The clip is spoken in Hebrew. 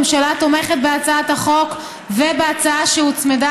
הממשלה תומכת בהצעת החוק ובהצעה שהוצמדה